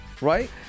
Right